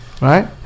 right